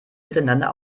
miteinander